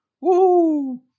Woo